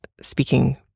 speaking